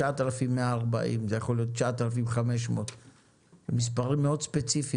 9,140 זה יכול להיות 9,500. המספרים מאוד ספציפיים.